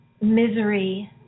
misery